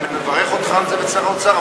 אני מברך אותך ואת שר האוצר,